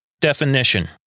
definition